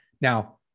now